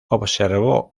observó